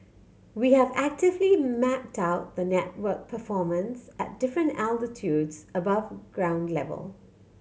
we have actively mapped out the network performance at different altitudes above ground level